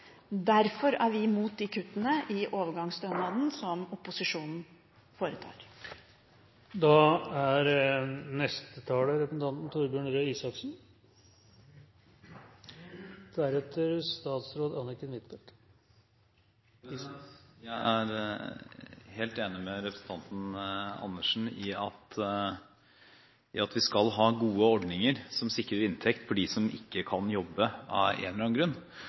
Derfor er vi imot de kuttene i overgangsstønaden som opposisjonen foretar. Jeg er helt enig med representanten Andersen i at vi skal ha gode ordninger som sikrer inntekt for dem som av en eller annen grunn